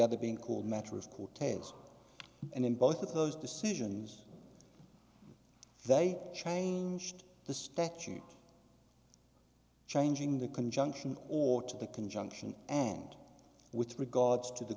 other being called matter of cortez and in both of those decisions they changed the statute changing the conjunction or to the conjunction and with regards to the